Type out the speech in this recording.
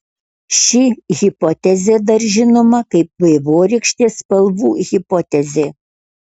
ši hipotezė dar žinoma kaip vaivorykštės spalvų hipotezė